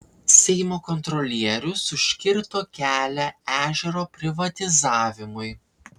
seimo kontrolierius užkirto kelią ežero privatizavimui